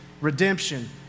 redemption